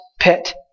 pit